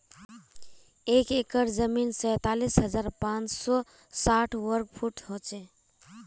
एक एकड़ जमीन तैंतालीस हजार पांच सौ साठ वर्ग फुट हो छे